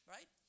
Right